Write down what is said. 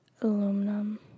Aluminum